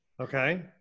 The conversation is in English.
Okay